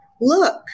look